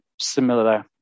similar